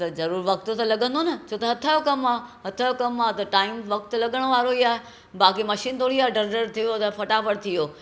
त ज़रूर वक़्त त लगं॒दो न छो त हथ यो कमु आहे हथ जो कमु आहे टाइम वक़्तु त लग॒णु वारो ई आहे बाक़ी मशीन थोरी आहे डर्र डर्र थी वियो फटाफट थी वियो